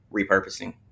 repurposing